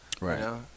right